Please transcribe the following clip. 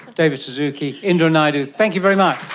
david suzuki, indira naidoo, thank you very much.